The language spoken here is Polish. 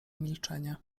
milczenie